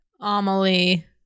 Amelie